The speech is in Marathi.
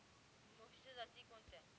म्हशीच्या जाती कोणत्या?